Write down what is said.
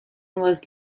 was